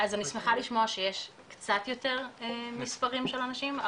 שמחה לשמוע שיש קצת יותר מספרים של אנשים,